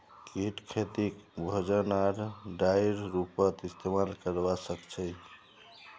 कीट खेतीक भोजन आर डाईर रूपत इस्तेमाल करवा सक्छई